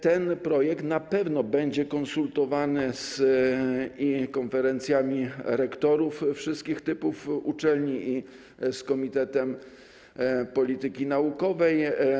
Ten projekt na pewno będzie konsultowany i z konferencjami rektorów wszystkich typów uczelni, i z Komitetem Polityki Naukowej.